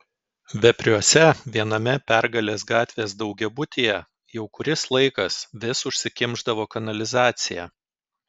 vepriuose viename pergalės gatvės daugiabutyje jau kuris laikas vis užsikimšdavo kanalizacija